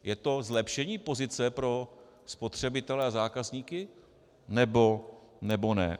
Je to zlepšení pozice pro spotřebitele a zákazníky, nebo ne?